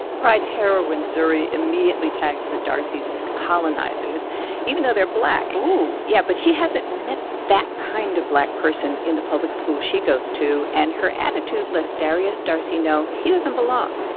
pride's heroine, zuri, immediately tags the darcys as colonizers even though they're black ooh yeah, but she hasn't met that kind of black person in the public school she goes to. and her attitude lets darius darcy know he doesn't belong,